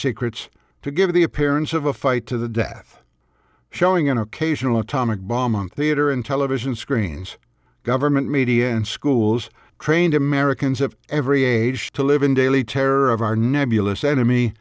secrets to give the appearance of a fight to the death showing an occasional atomic bomb on theater and television screens government media and schools trained americans of every age to live in daily terror of our nebulous enemy